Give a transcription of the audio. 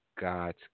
God's